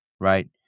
right